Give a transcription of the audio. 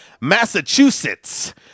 Massachusetts